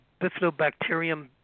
Bifidobacterium